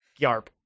yarp